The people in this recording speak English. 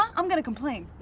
i'm gonna complain.